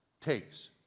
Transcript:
takes